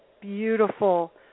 beautiful